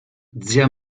zia